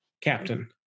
captain